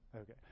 Okay